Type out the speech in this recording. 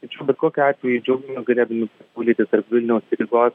tačiau bet kokiu atveju džiaugiamės galėdami pasiūlyti tarp vilniaus ir rygos